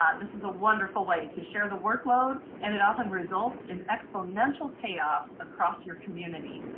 um this is a wonderful way to share the workload and it often results in exponential payoffs across your community.